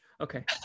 Okay